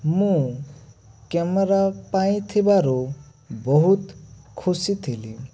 ମୁଁ କ୍ୟାମେରା ପାଇଥିବାରୁ ବହୁତ ଖୁସି ଥିଲି